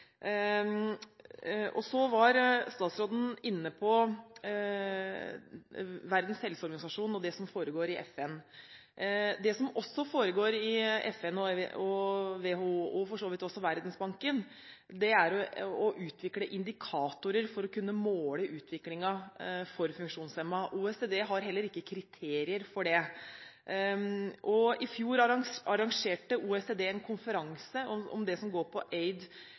framover. Så var statsråden inne på Verdens helseorganisasjon og det som foregår i FN. Det som også foregår i FN, i WHO og for så vidt også i Verdensbanken, er å utvikle indikatorer for å kunne måle utviklingen for funksjonshemmede. OECD har heller ikke kriterier for det. I fjor arrangerte OECD en konferanse om «Aid Effectiveness». Sluttdokumentet derfra inneholdt bl.a. at man skal legge vekt på